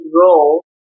role